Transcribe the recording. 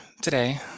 today